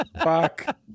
fuck